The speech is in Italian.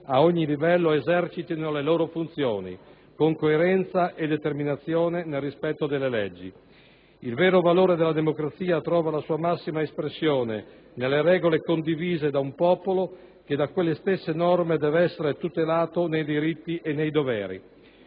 ad ogni livello le loro funzioni, con coerenza e determinazione, nel rispetto delle leggi. Il vero valore della democrazia trova la sua massima espressione nelle regole condivise da un popolo, che da quelle stesse norme deve essere tutelato nei diritti e nei doveri.